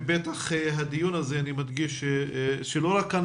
בפתח הדיון אני מדגיש שלא מדובר כאן רק